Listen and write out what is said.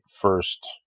first